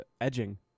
edging